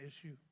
issue